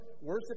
worship